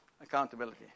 Accountability